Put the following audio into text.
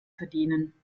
verdienen